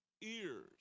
ears